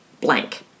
blank